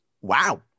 Wow